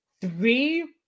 three